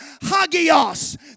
Hagios